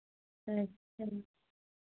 अच्छा